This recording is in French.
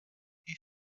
est